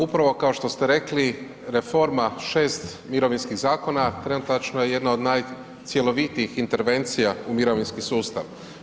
Upravo kao što ste rekli reforma 6 mirovinskih zakona trenutačno je jedan od najcjelovitijih intervencija u mirovinski sustav.